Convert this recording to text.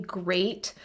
great